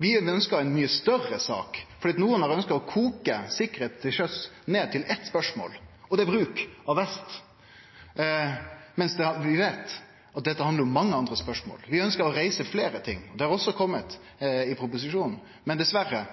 Vi ønskte ei mykje større sak. Nokre har ønska å koke sikkerheit på sjøen ned til eitt spørsmål, og det er bruk av vest, medan vi veit at dette handlar om mange andre spørsmål. Vi ønskjer å reise fleire ting. Dei har også kome med i proposisjonen. Dessverre